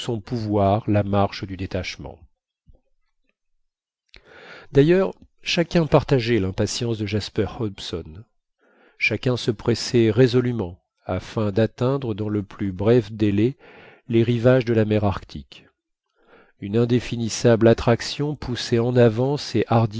pouvoir la marche du détachement d'ailleurs chacun partageait l'impatience de jasper hobson chacun se pressait résolument afin d'atteindre dans le plus bref délai les rivages de la mer arctique une indéfinissable attraction poussait en avant ces